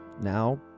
now